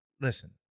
listen